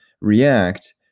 react